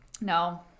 No